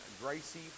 Gracie